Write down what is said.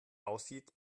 aussieht